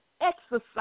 exercise